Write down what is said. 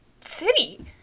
city